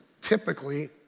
typically